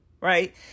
Right